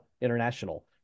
International